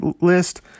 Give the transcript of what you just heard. list